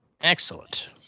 Excellent